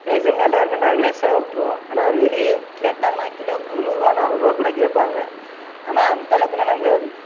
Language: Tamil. மேக்சிமம் எல்லோருமே நாங்களே சாப்பிட்ருவோம் ஆனால் வெளியே கேட்டாங்கன்னா கிலோவுக்கு முந்நூறுவா நானூறுவா கூட கேட்பாங்க ஆனால் அந்தளவுக்கெல்லாம் நாங்கள்